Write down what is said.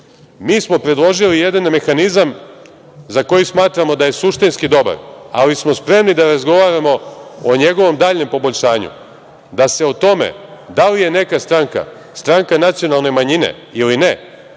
mi smo predložili jedan mehanizam za koji smatramo da je suštinski dobar, ali smo spremni da razgovaramo o njegovom daljem poboljšanju, da se o tome da li je neka stranka stranka nacionalne manjine ili ne